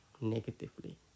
negatively